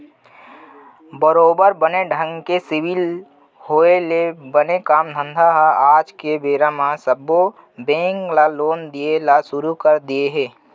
बरोबर बने ढंग के सिविल होय ले बने काम धंधा बर आज के बेरा म सब्बो बेंक मन लोन दिये ल सुरू कर दिये हें